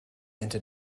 into